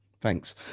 thanks